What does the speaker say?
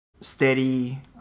steady